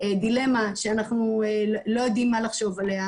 דילמה שאנחנו לא יודעים מה לחשוב עליה,